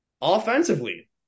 Offensively